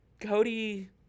Cody